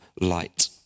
light